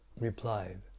replied